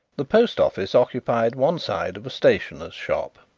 the post office occupied one side of a stationer's shop.